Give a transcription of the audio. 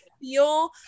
feel